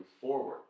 forward